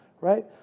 Right